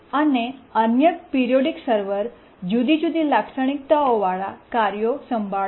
અને અન્ય periodic server જુદી જુદી જુદી લાક્ષણિકતાઓવાળા કાર્યો સંભાળે છે